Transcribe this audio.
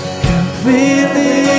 completely